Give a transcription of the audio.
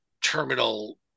terminal